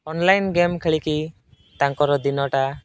online game ଖେଳିକି ତାଙ୍କର ଦିନଟା